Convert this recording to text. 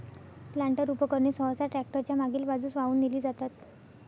planter उपकरणे सहसा tractor च्या मागील बाजूस वाहून नेली जातात